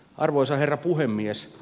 arvoisa herra puhemies